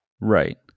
Right